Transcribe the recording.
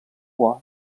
bois